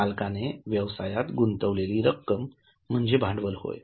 मालकाने व्यवसायात गुंतवलेली रक्कम म्हणजे भांडवल होय